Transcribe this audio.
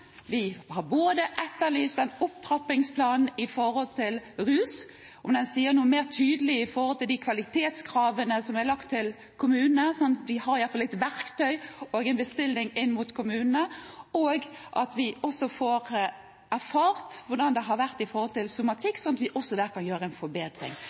vi er ikke imot. Men vi har etterlyst en opptrappingsplan på rusfeltet, om å si noe mer tydelig om de kvalitetskravene som er lagt til kommunene, slik at vi i hvert fall har et verktøy og en bestilling inn mot kommunene, og at vi også får erfart hvordan det har vært med hensyn til somatikk, slik at vi også der kan gjøre en forbedring.